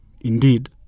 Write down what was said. Indeed